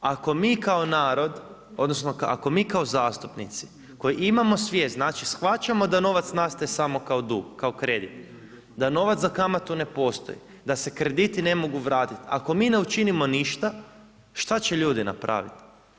Ako mi kao narod odnosno ako mi kao zastupnici koji imamo svijest, znači shvaćamo da novac nastaje samo kao dug, kao kredit, da novac za kamatu ne postoji, da se krediti ne mogu vratiti ako mi ne učinimo ništa, šta će ljudi napraviti?